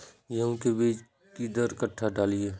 गेंहू के बीज कि दर कट्ठा डालिए?